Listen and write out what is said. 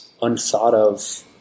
unthought-of